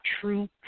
true